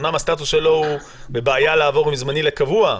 אומנם הסטטוס שלו הוא בבעיה לעבור מזמני לקבוע,